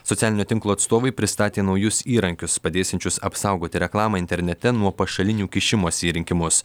socialinio tinklo atstovai pristatė naujus įrankius padėsiančius apsaugoti reklamą internete nuo pašalinių kišimosi į rinkimus